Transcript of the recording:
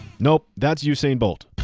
nope, that's usain bolt.